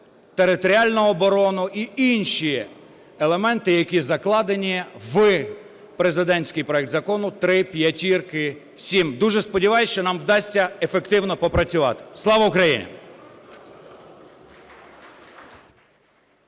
територіальну оборону і інші елементи, які закладені в президентський проект Закону 5557. Дуже сподіваюсь, що нам вдасться ефективно попрацювати. Слава Україні!